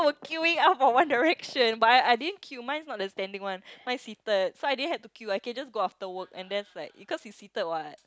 queuing up for One Direction but I I didn't queue mine is not the standing one mine seated so I didn't have to queue I can just go after work and there is like because you seated what